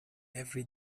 every